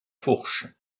fourche